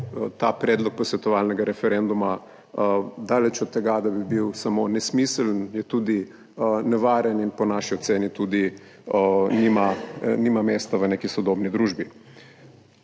ta predlog posvetovalnega referenduma daleč od tega, da bi bil samo nesmiseln, je tudi nevaren in po naši oceni tudi nima mesta v neki sodobni družbi.